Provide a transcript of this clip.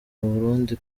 abarundi